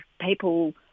people